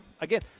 again